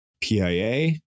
PIA